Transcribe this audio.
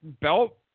belt